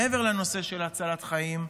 מעבר לנושא של הצלת חיים,